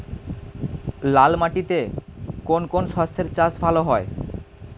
লাল মাটিতে কোন কোন শস্যের চাষ ভালো হয়?